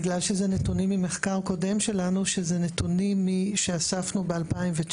בגלל שזה נתונים ממחקר קודם שלנו שזה נתונים שאספנו ב-2019.